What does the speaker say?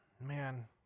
Man